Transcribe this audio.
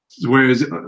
Whereas